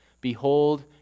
Behold